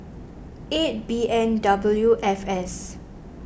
eight B N W F S